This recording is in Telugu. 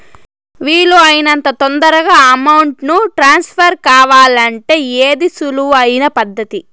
వీలు అయినంత తొందరగా అమౌంట్ ను ట్రాన్స్ఫర్ కావాలంటే ఏది సులువు అయిన పద్దతి